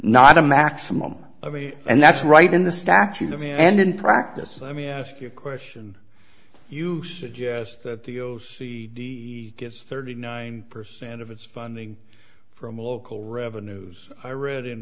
not a maximum i mean and that's right in the statute of the and in practice i mean i ask you a question you suggest that the o c d gets thirty nine percent of its funding from local revenues i read in